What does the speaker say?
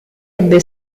ebbe